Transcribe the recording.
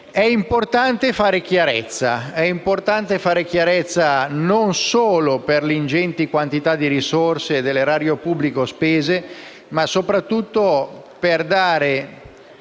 È importante fare chiarezza, non solo per le ingenti quantità di risorse dell'erario pubblico spese, ma soprattutto per dare